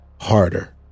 harder